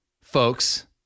folks